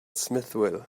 smithville